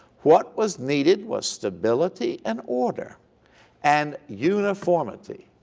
what was needed was stability and order and uniformity.